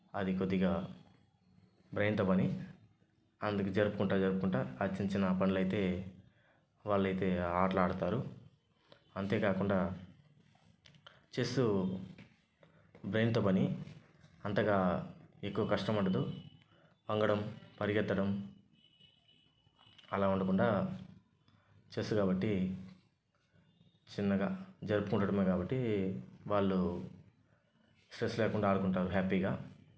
అది కొద్దిగా బ్రెయిన్తో పని అందుకు జరుపుకుంటా జరుపుకుంటా చిన్న చిన్న పనులు అయితే వాళ్లయితే ఆటలు ఆడుతారు అంతేకాకుండా చెస్ బ్రెయిన్తో పని అంతగా ఎక్కువ కష్టం ఉండదు వంగడం పరిగెత్తడం అలా ఉండకుండా చెస్ కాబట్టి చిన్నగా జరుపుకుండడమే కాబట్టి వాళ్లు స్ట్రెస్ లేకుండా ఆడుకుంటారు హ్యాపీగా